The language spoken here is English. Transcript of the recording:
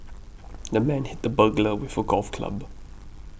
the man hit the burglar with a golf club